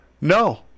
No